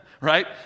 right